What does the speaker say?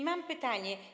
Mam pytanie.